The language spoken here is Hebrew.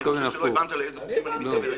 אני חושב שלא התכוונת לאיזה חוקים אני מתכוון.